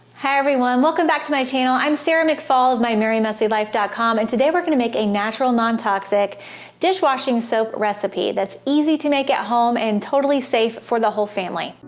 hi everyone welcome back to my channel. i'm sara mcfall of my mymerrymessylife dot com and today we're gonna make a natural non-toxic dishwashing soap recipe that's easy to make at home and totally safe for the whole family.